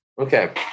Okay